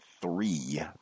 three